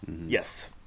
yes